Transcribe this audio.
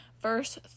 verse